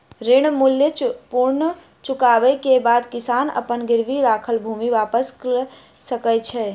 ऋण मूल्य पूर्ण चुकबै के बाद किसान अपन गिरवी राखल भूमि वापस लअ सकै छै